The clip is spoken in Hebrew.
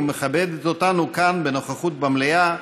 ומכבדת אותנו כאן בנוכחת במליאה,